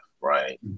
right